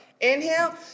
Inhale